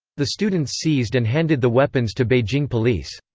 the students seized and handed the weapons to beijing police.